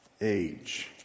age